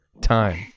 time